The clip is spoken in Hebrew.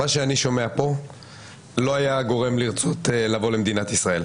מה שאני שומע פה לא היה גורם לרצות לבוא למדינת ישראל,